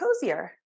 cozier